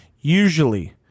usually